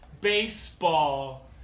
baseball